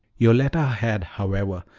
yoletta had, however,